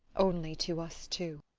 only to us two.